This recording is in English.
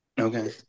okay